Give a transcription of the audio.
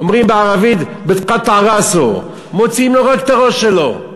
אומרים בערבית "בתקטע ראסו" מוציאים לו רק את הראש שלו.